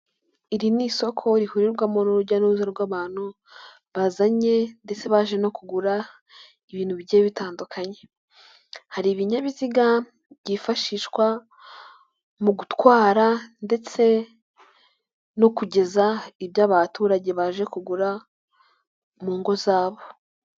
Iri ni isoko rihurirwamo n'urujya n'uruza rw'abantu bazanye ndetse baje no kugura ibintu bigiye bitandukanye, Hari ibinyabiziga byifashishwa mu gutwara ndetse no kugeza ibyo abaturage baje kugura mu ngo zabo.